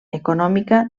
econòmica